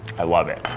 i love it.